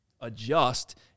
adjust